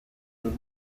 los